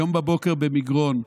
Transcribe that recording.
היום בבוקר במגרון,